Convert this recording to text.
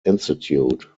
institute